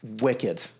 Wicked